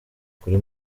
kuri